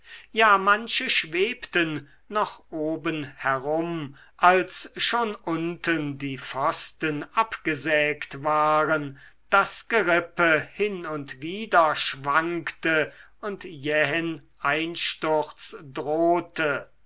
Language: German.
ja manche schwebten noch oben herum als schon unten die pfosten abgesägt waren das gerippe hin und wider schwankte und jähen einsturz drohte